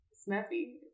Snuffy